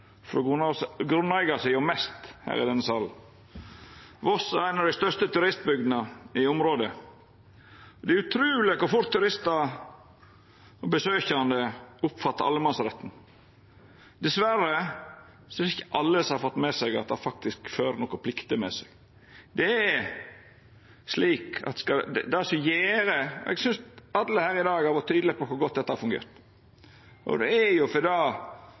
frå grunneigarsida. Voss er ei av dei største turistbygdene i området. Det er utruleg kor fort turistar og besøkjande oppfattar allemannsretten. Dessverre er det ikkje alle som har fått med seg at det faktisk fører nokre plikter med seg. Eg synest alle her i dag har vore tydelege på kor godt dette har fungert, og det er jo fordi det